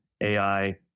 AI